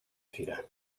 fira